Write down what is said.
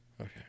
okay